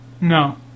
no